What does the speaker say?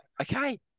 Okay